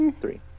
three